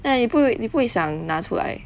like 你不会你不会想拿出来